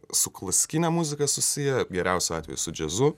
su klasikine muzika susiję geriausiu atveju su džiazu